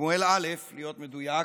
שמואל א' אם להיות מדויק,